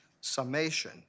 summation